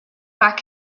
back